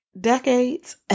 decades